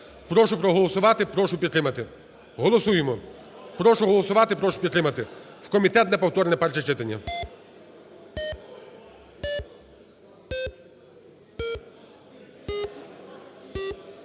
Прошу проголосувати, прошу підтримати, голосуємо. Прошу голосувати, прошу підтримати в комітет на повторне перше читання.